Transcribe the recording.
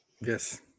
yes